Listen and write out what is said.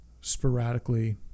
sporadically